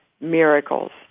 miracles